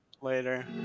Later